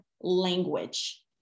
language